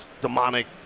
demonic